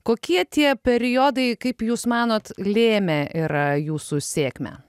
kokie tie periodai kaip jūs manot lėmę yra jūsų sėkmę